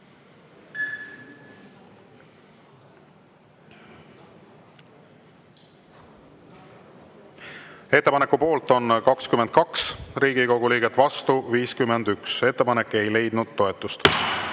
Ettepaneku poolt on 22 Riigikogu liiget, vastu 51. Ettepanek ei leidnud toetust.